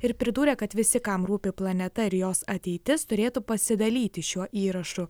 ir pridūrė kad visi kam rūpi planeta ir jos ateitis turėtų pasidalyti šiuo įrašu